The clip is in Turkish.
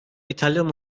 i̇talyan